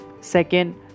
second